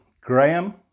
Graham